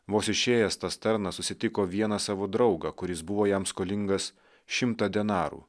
vos išėjęs tas tarnas susitiko vieną savo draugą kuris buvo jam skolingas šimtą denarų